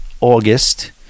August